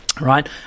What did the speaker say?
right